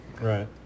Right